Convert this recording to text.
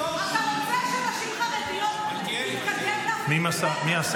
חושב שנשים חרדיות --- הרבנים שלהם ------ היו"ר